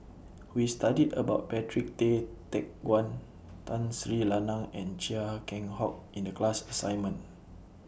We studied about Patrick Tay Teck Guan Tun Sri Lanang and Chia Keng Hock in The class assignment